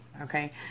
okay